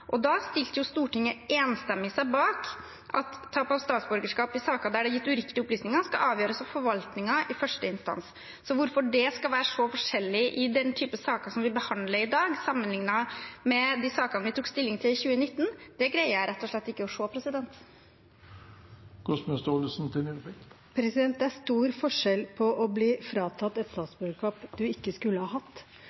Da stilte Stortinget seg enstemmig bak at tap av statsborgerskap i saker der det er gitt uriktige opplysninger, skal avgjøres av forvaltningen i første instans. Hvorfor dette skal være så forskjellig i den type saker vi behandler i dag, sammenliknet med de sakene vi tok stilling til i 2019, greier jeg rett og slett ikke å se. Det er stor forskjell på å bli fratatt et